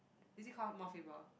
is it called Mount Faber